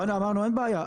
באנו ואמרנו אין בעיה,